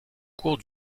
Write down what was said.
cours